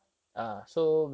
okay